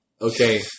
Okay